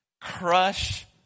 Crush